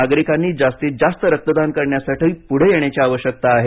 नागरिकांनी जास्तीतजास्त रक्तदान करण्यासाठी पुढं येण्याची आवश्यकता आहे